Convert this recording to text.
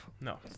No